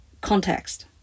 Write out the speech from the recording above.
context